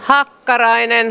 hakkarainen